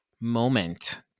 moment